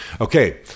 Okay